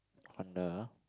Honda